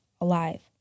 alive